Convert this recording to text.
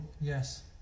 yes